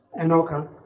Anoka